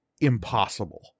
impossible